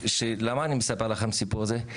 למה אני מספר לכם את הסיפור הזה?